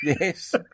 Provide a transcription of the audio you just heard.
Yes